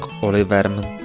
Oliver